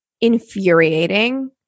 infuriating